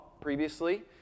previously